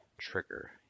trigger